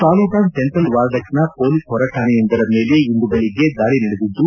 Taliban central ವಾರ್ಡಕ್ನ police ಹೊರಕಾಣೆಯೊಂದರ ಮೇಲೆ ಇಂದು ಬೆಳಗ್ಗೆ ದಾಳಿ ನಡೆದಿದ್ದು